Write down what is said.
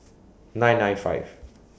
nine nine five